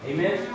Amen